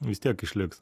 vis tiek išliks